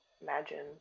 imagine